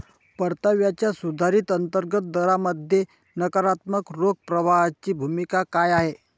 परताव्याच्या सुधारित अंतर्गत दरामध्ये नकारात्मक रोख प्रवाहाची भूमिका काय आहे?